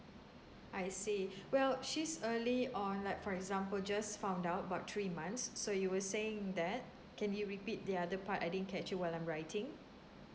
I see well she's early on like for example just found out about three months so you were saying that can you repeat the other part I didn't catch you while I'm writing